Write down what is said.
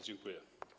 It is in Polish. Dziękuję.